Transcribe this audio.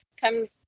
come